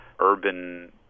urban